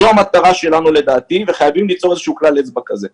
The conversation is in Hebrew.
זו המטרה שלנו וחייבים ליצור איזשהו כלל אצבע כזה.